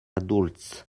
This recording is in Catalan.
adults